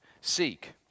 Seek